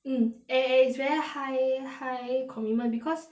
mm an~ and is very high high commitment because